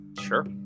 sure